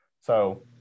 So-